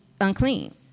unclean